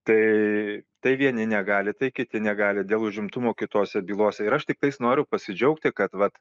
tai tai vieni negali tai kiti negali dėl užimtumo kitose bylose ir aš tiktais noriu pasidžiaugti kad vat